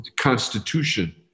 constitution